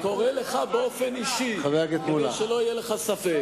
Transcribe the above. אני קורא לך באופן אישי, כדי שלא יהיה לך ספק.